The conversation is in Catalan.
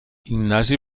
ignasi